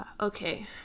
okay